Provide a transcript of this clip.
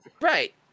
right